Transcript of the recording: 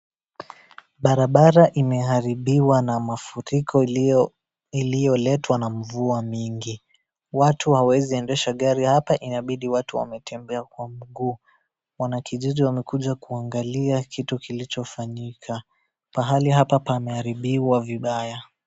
Barabara imeharibiwa na mafuriko ilioletwa na mvua mingi. Watu hawaezi endesha gari hapa inabidi watu wametembea kwa mguu. Wanakijiji wamekuja kuangalia kitu kilicho fanyika. Pahali hapa pameharibiwa vibaya.